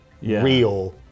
real